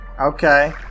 Okay